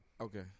Okay